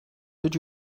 did